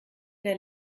der